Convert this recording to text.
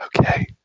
Okay